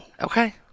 Okay